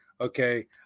okay